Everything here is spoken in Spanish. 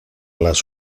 las